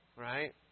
right